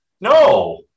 No